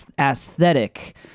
aesthetic